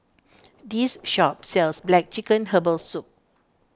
this shop sells Black Chicken Herbal Soup